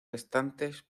restantes